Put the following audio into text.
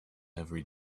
every